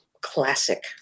Classic